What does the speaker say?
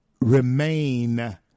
remain